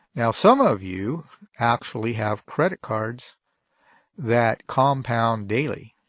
now some of you actually have credit cards that compound daily